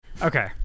okay